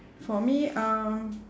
for me um